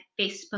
Facebook